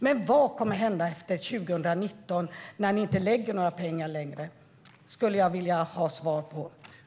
Men vad kommer att hända efter 2019 när ni inte längre lägger till några pengar, Alice Bah Kuhnke?